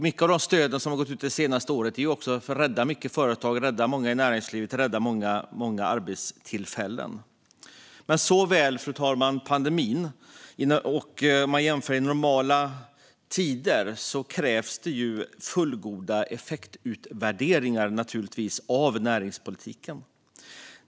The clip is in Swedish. Mycket av de stöd som har gått ut det senaste året har handlat om att rädda företag, näringsliv och arbetstillfällen. Men såväl under pandemin som under normala tider krävs det fullgoda effektutvärderingar när det gäller näringspolitiken.